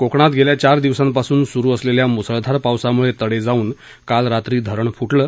कोकणात गेल्या चार दिवसांपासून सुरू असलेल्या मुसळधार पावसामुळे तडे जाऊन काल रात्री धरण फुटलं